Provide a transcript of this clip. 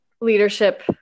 leadership